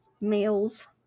males